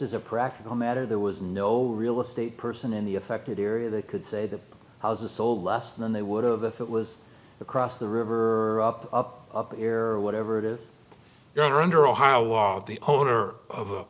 as a practical matter there was no real estate person in the affected area that could say that i was a soul less than they would have if it was across the river up up up here whatever it is you are under ohio law the owner of a